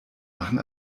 machen